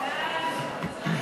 להעביר